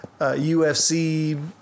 UFC